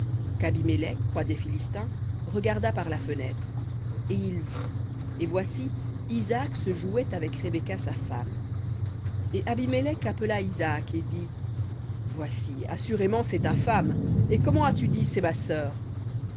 qu'abimélec roi des philistins regarda par la fenêtre et il vit et voici isaac se jouait avec rebecca sa femme et abimélec appela isaac et dit voici assurément c'est ta femme et comment as-tu dit c'est ma sœur